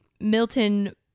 Milton